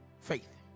faith